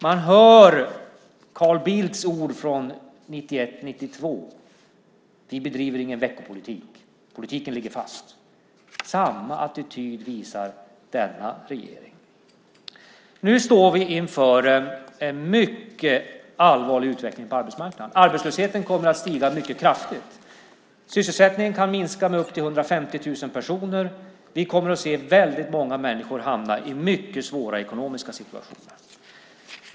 Man hör Carl Bildts ord från 1991-1992: Vi bedriver ingen veckopolitik. Politiken ligger fast. Samma attityd visar denna regering. Nu står vi inför en mycket allvarlig utveckling på arbetsmarknaden. Arbetslösheten kommer att stiga mycket kraftigt. Sysselsättningen kan minska med upp till 150 000 personer. Vi kommer att se väldigt många människor hamna i mycket svåra ekonomiska situationer.